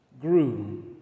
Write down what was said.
grew